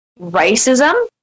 racism